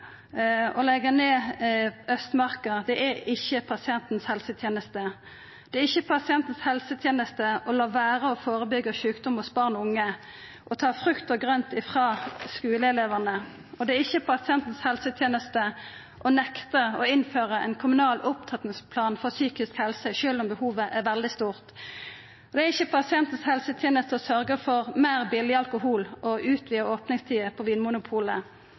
å leggja ned døgnbehandlingsplassar i psykiatrien før tilbodet er bygd opp i kommunane og ved DPS-ane. Å leggja ned Østmarka er ikkje pasientens helseteneste. Det er ikkje pasientens helseteneste å la vera å førebyggja sjukdom hos barn og unge og ta frukt og grønt frå skuleelevane, og det er ikkje pasientens helseteneste å nekta å innføra ein kommunal opptrappingsplan for psykisk helse, sjølv om behovet er veldig stort. Det er ikkje pasientens helseteneste å sørgja for meir billeg alkohol og utvida